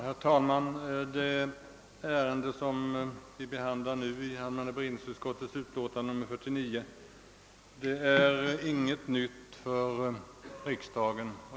Herr talman! Den fråga som behandlas i allmänna beredningsutskottets förevarande utlåtande nr 49 är inte ny för riksdagen.